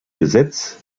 gesetz